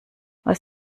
was